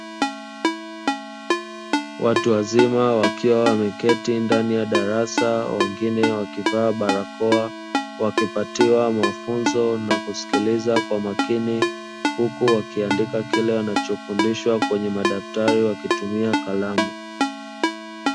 Watu wazima wakiwa wameketi ndani ya darasa wengine wakivaa barakoa wakipatiwa mafunzo na kusikiliza kwa makini, huku wakiandika kile wanachofundishwa kwenye madaftari wakitumia kalamu.